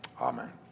amen